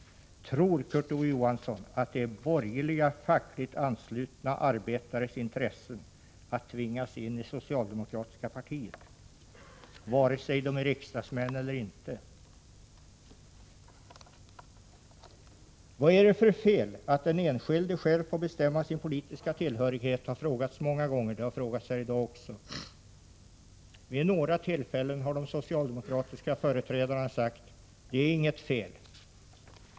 Tror Kurt Ove Johansson att det är i borgerliga, fackligt anslutna arbetares intresse att tvingas in i det socialdemokratiska partiet, vare sig de är riksdagsmän eller inte? Vad är det för fel i att den enskilde själv får bestämma sin politiska tillhörighet? Den frågan har ställts många gånger, även här i dag. Vid några tillfällen har de socialdemokratiska företrädarna sagt att det inte är något fel.